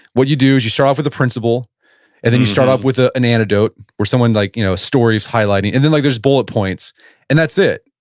what you do is you start off with a principal and then you start off with ah an anecdote where someone like you know stories highlighting and then like there's bullet points and that's it.